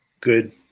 good